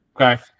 okay